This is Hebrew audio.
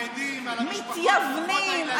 מתייוונים.